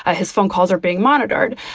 ah his phone calls are being monitored.